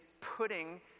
putting